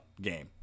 game